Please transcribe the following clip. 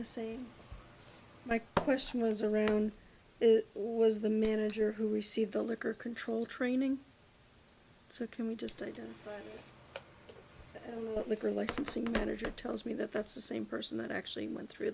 the same my question was around was the manager who received the liquor control training so can you just again liquor licensing manager tells me that that's the same person that actually went through